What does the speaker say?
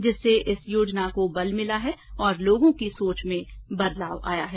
जिससे इस योजना को बल मिला है और लोगों की सोच में बदलाव आया है